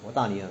我的大女儿